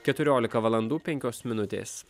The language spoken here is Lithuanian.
keturiolika valandų penkios minutės